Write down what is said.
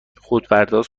خودپرداز